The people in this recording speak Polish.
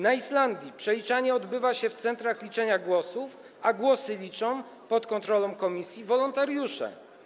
Na Islandii przeliczanie odbywa się w centrach liczenia głosów, a głosy liczą pod kontrolą komisji wolontariusze.